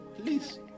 Please